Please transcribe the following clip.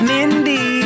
Mindy